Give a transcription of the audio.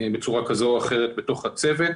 בצורה כזו או אחרת בתוך הצוות,